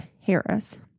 Harris